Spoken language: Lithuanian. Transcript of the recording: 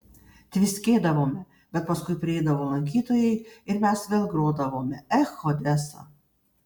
tviskėdavome bet paskui prieidavo lankytojai ir mes vėl grodavome ech odesa